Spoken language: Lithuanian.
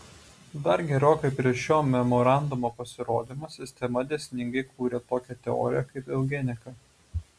dar gerokai prieš šio memorandumo pasirodymą sistema dėsningai kūrė tokią teoriją kaip eugenika